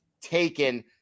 taken